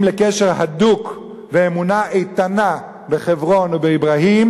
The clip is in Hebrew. לקשר הדוק ואמונה איתנה בחברון ובאברהים,